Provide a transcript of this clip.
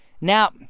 Now